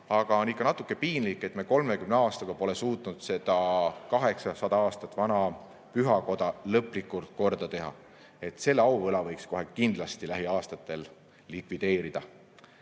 teha. On ikka natuke piinlik, et me 30 aastaga pole suutnud seda 800 aastat vana pühakoda lõplikult korda teha. Selle auvõla võiks kohe kindlasti lähiaastatel likvideerida.